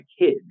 kids